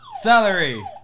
Celery